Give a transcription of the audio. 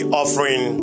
offering